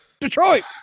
Detroit